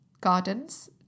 gardens